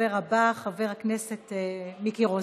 הדובר הבא, חבר הכנסת מיקי רוזנטל,